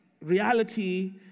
reality